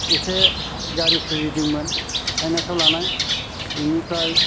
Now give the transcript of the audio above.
एसे गारि सोरजिदोंमोन फायनान्साव लानाय बिनिफ्राय